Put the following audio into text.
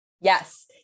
Yes